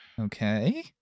Okay